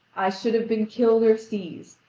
i should have been killed or seized,